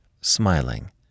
smiling